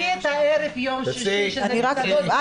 אבל קחי את הערב ביום שישי שזה מסעדות --- יפעת,